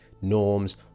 norms